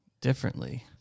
Differently